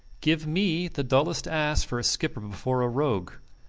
give me the dullest ass for a skipper before a rogue.